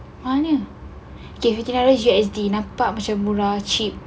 mahalnya okay nak kira G_S_T nampak macam murah cheap